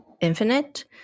infinite